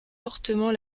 fortement